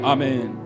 Amen